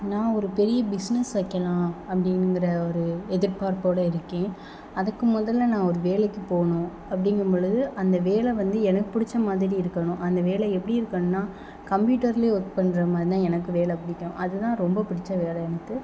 நான் ஒரு பெரிய பிஸ்னஸ் வைக்கலாம் அப்படிங்கிற ஒரு எதிர்பார்ப்போடு இருக்கேன் அதுக்கு முதலில் நான் ஒரு வேலைக்கு போகணும் அப்படிங்கம்பொழுது அந்த வேலை வந்து எனக்கு பிடிச்ச மாதிரி இருக்கணும் அந்த வேலை எப்படி இருக்கணும்ன்னா கம்ப்யூட்டரில் ஒர்க் பண்கிற மாதிரிதான் எனக்கு வேலை பிடிக்கும் அதுதான் ரொம்ப பிடிச்ச வேலை எனக்கு